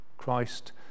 Christ